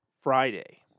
Friday